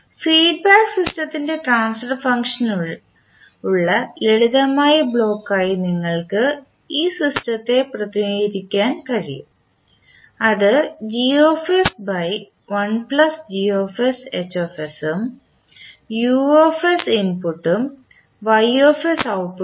feedback സിസ്റ്റത്തിൻറെ transfer function ഉള്ള ലളിതമായ ബ്ലോക്കായി നിങ്ങൾക്ക് ഈ സിസ്റ്റത്തെ പ്രതിനിധീകരിക്കാൻ കഴിയും അത് ഉം ഇൻപുട്ടും ഔട്ട്പുട്ടും ആണ്